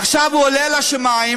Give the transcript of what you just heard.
עכשיו הוא עולה אל השמים,